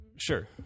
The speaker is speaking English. Sure